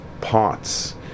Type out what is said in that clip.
parts